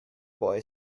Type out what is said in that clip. boy